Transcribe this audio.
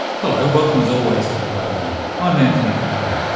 hello, welcome as always to the program, i'm antony funnell.